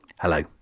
Hello